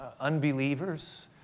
unbelievers